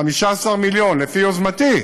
15 מיליון, לפי יוזמתי,